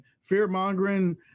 fear-mongering